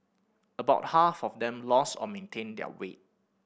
about half of them lost or maintained their weight